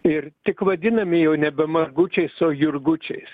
ir tik vadinami jau nebe margučiais o jurgučiais